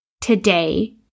today